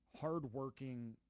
hardworking